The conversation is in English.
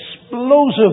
explosive